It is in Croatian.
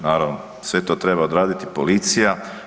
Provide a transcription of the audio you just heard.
Naravno sve to treba odraditi policija.